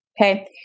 okay